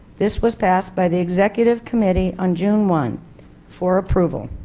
this was passed by the executive committee on june one for approval.